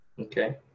Okay